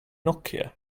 nokia